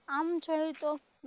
આમ જોઈ તો